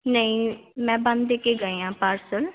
ਨਹੀਂ ਮੈਂ ਬੰਦ ਦੇ ਕੇ ਗਈ ਹਾਂ ਪਾਰਸਲ